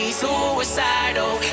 suicidal